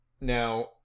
Now